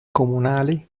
comunali